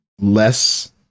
less